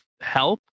help